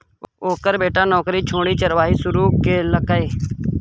ओकर बेटा नौकरी छोड़ि चरवाही शुरू केलकै